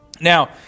Now